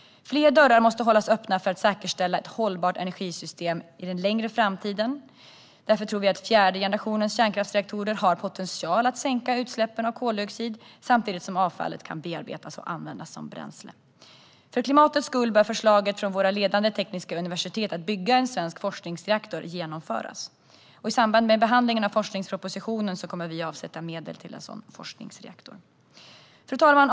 Fler dörrar måste hållas öppna för att säkerställa ett hållbart energisystem i den längre framtiden. Därför tror vi att fjärde generationens kärnkraftsreaktorer har potential att sänka utsläppen av koldioxid samtidigt som avfallet kan bearbetas och användas som bränsle. För klimatets skull bör förslaget från våra ledande tekniska universitet att bygga en svensk forskningsreaktor genomföras. I samband med behandlingen av forskningspropositionen kommer vi att avsätta medel till en sådan forskningsreaktor. Fru talman!